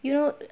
you know